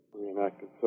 reenacted